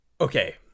Okay